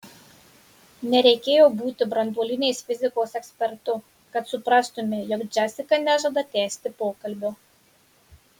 nereikėjo būti branduolinės fizikos ekspertu kad suprastumei jog džesika nežada tęsti pokalbio